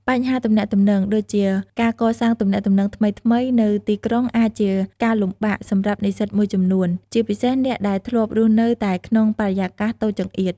បញ្ហាទំនាក់ទំនង ដូចជា ការកសាងទំនាក់ទំនងថ្មីៗនៅទីក្រុងអាចជាការលំបាកសម្រាប់និស្សិតមួយចំនួន ជាពិសេសអ្នកដែលធ្លាប់រស់នៅតែក្នុងបរិយាកាសតូចចង្អៀត។